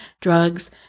drugs